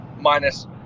minus